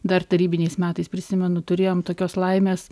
dar tarybiniais metais prisimenu turėjom tokios laimės